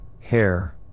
hair